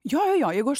jo jeigu aš